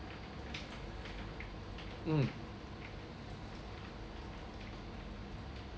mm